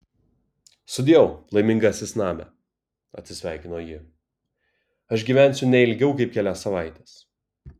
sudieu laimingasis name atsisveikino ji aš gyvensiu ne ilgiau kaip kelias savaites